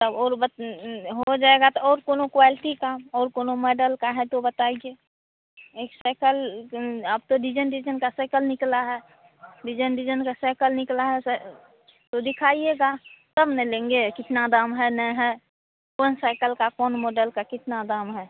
तब और हो जाएगा तो और कोई क्वालिटी का और कोई मॉडल का है तो बताइए एक साइकिल आप तो डिज़ाइन डिज़ाइन का साइकिल निकला है डिज़ाइन डिज़ाइन का साइकिल निकला है तो दिखाइएगा तब ना लेंगे कितना दाम है नहीं है कौन साइकिल का कौन मॉडल का कितना दाम है